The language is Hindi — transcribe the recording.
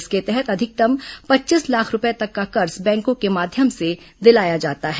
इसके तहत अधिकतम पच्चीस लाख रूपये तक का कर्ज बैंकों के माध्यम से दिलाया जाता है